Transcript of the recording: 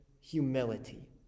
humility